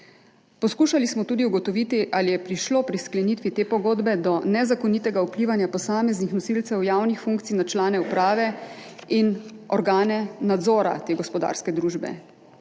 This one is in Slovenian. Poskušali smo tudi ugotoviti, ali je prišlo pri sklenitvi te pogodbe do nezakonitega vplivanja posameznih nosilcev javnih funkcij na člane uprave in organe nadzora te gospodarske družbe